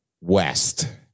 west